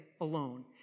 alone